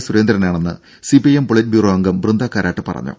സുരേന്ദ്രനാണെന്ന് CPIM politburo അംഗം വൃന്ദാ കാരാട്ട് പറഞ്ഞു